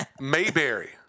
Mayberry